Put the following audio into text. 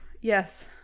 Yes